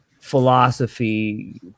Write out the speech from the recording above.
philosophy